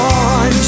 on